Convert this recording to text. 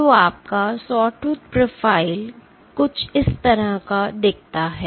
तो आपका Sawtooth profile कुछ इस तरह दिखता है